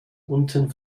unten